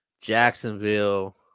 Jacksonville